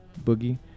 boogie